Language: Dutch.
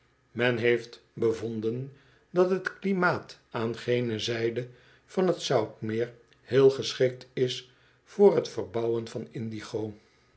men heeft bevonden dat t klimaat aan gene zij van t zoutmeer heel geschikt is voor t verbouwen van indigo